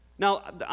Now